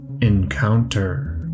Encounter